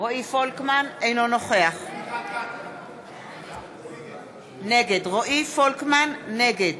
נגד עודד פורר, אינו נוכח טלי פלוסקוב, נגד